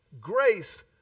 Grace